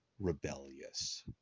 Rebellious